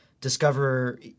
discover